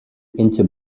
into